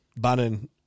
Bannon